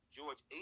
George